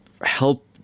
help